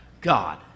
God